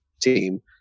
team